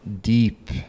deep